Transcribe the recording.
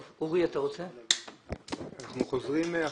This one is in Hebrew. אנחנו חוזרים אחורנית.